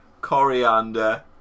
coriander